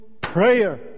prayer